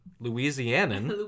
Louisianan